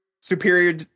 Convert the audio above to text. superior